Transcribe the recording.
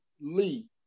Lee